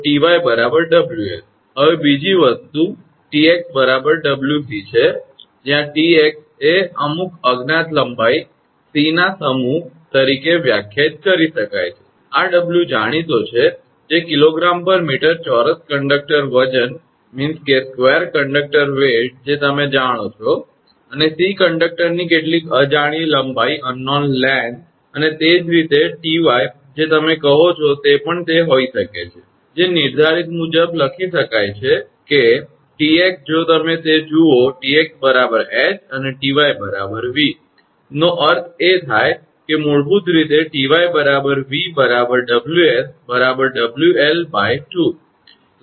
હવે બીજી વસ્તુ 𝑇𝑥 𝑊𝑐 છે જ્યાં 𝑇𝑥 એ અમુક અજ્ઞાત લંબાઈ 𝑐 ના સમૂહજથ્થા તરીકે વ્યાખ્યાયિત કરી શકાય છે આ 𝑊 જાણીતો છે જે 𝐾𝑔 𝑚 ચોરસ કંડકટર વજન જે તમે જાણો છો અને 𝑐 કંડકટરની કેટલીક અજાણ્યી લંબાઈ અને તે જ રીતે 𝑇𝑦 જે તમે કહો છો તે પણ તે હોઈ શકે છે જે નિર્ધારિત મુજબ લખી શકાય છે કે 𝑇𝑥 જો તમે તે જુઓ 𝑇𝑥 𝐻 અને 𝑇𝑦 𝑉 નો અર્થ એ થાય કે મૂળભૂત રીતે 𝑇𝑦 𝑉 𝑊𝑠 𝑊𝑙2